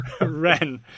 Ren